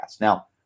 Now